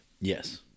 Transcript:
Yes